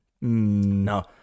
No